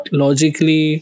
logically